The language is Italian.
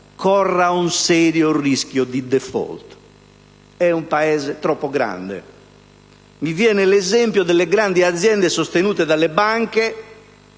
corra un serio rischio di *default*: è un Paese troppo grande. Mi viene in mente l'esempio delle grandi aziende sostenute dalle banche